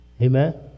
Amen